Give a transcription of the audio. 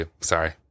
Sorry